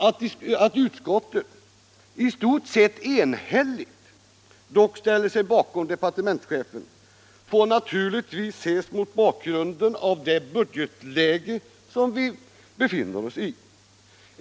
Att utskottet i stort sett enhälligt dock ställer sig bakom departementschefen får naturligtvis ses mot bakgrunden av det budgetläge som vi befinner oss i.